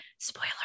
Spoiler